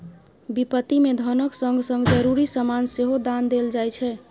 बिपत्ति मे धनक संग संग जरुरी समान सेहो दान देल जाइ छै